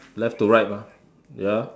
left to right mah ya